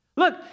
Look